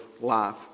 life